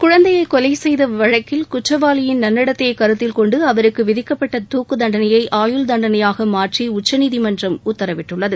குழந்தையை கொலை செய்த வழக்கில் குற்றவாளியின் நன்னடத்தையை கருத்தில் கொண்டு அவருக்கு விதிக்கப்பட்ட துக்குத் தண்டனையை ஆயுள் தண்டனையாக மாற்றி உச்சநீதிமன்றம் உத்தரவிட்டுள்ளது